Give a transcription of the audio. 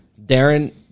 Darren